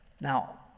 Now